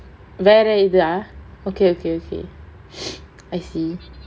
வேற இதா:vera ithaa okay okay okay I see